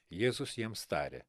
jėzus jiems tarė